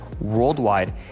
worldwide